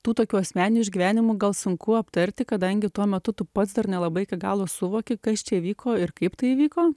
tų tokių asmeninių išgyvenimų gal sunku aptarti kadangi tuo metu tu pats dar nelabai iki galo suvoki kas čia vyko ir kaip tai įvyko